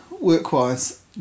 work-wise